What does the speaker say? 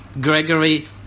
Gregory